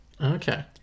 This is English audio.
Okay